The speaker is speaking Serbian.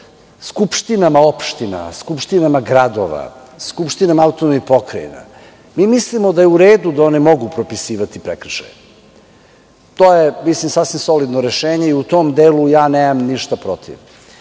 skupštinama opština, skupštinama gradova, skupštinama autonomnih pokrajina, mi mislimo da je u redu da one mogu propisivati prekršaje. To je sasvim solidno rešenje i u tom delu nemam ništa protiv.